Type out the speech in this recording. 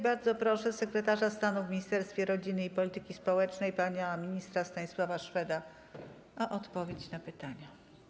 Bardzo proszę sekretarza stanu w Ministerstwie Rodziny i Polityki Społecznej pana ministra Stanisława Szweda o odpowiedź na pytania.